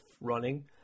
running